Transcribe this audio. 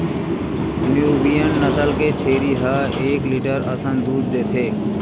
Nubian नसल के छेरी ह एक लीटर असन दूद देथे